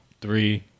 Three